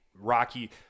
Rocky